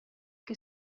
que